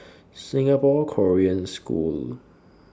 Singapore Korean School